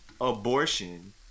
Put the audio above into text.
Abortion